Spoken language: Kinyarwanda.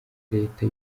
leta